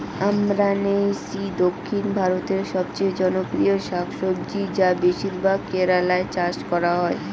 আমরান্থেইসি দক্ষিণ ভারতের সবচেয়ে জনপ্রিয় শাকসবজি যা বেশিরভাগ কেরালায় চাষ করা হয়